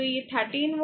444 విలువ 17